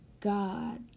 God